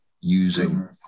using